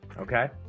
okay